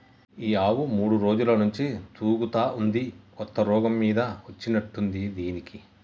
ఈ ఆవు మూడు రోజుల నుంచి తూగుతా ఉంది కొత్త రోగం మీద వచ్చినట్టుంది దీనికి